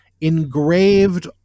engraved